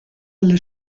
alle